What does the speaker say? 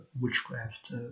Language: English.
witchcraft